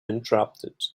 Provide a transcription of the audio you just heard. interrupted